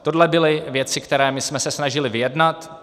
Tohle byly věci, které my jsme se snažili vyjednat.